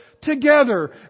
together